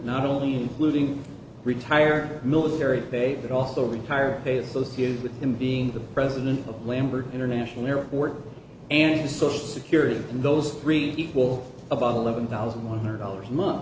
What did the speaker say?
not only including retired military pay but also retired pay associated with him being the president of lambert international airport and social security and those three equal about eleven thousand one hundred dollars a month